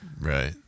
Right